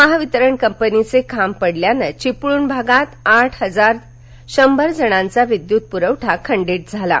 महावितरण कंपनीचे खांब पडल्यानं चिपळूण विभागात आठ हजार शंभर जणांचा विद्युतपुरवठा खंडित झाला आहे